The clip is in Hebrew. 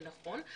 זה נכון,